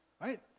Right